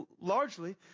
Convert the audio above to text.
largely